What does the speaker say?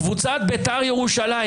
קבוצת בית"ר ירושלים,